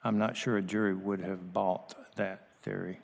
i'm not sure a jury would have bought that theory